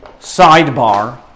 sidebar